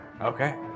Okay